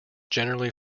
generally